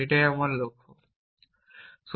এটাই আমার লক্ষ্য রাষ্ট্র